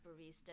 barista